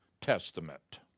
Testament